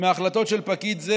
מהחלטות של פקיד זה